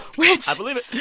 which. i believe it.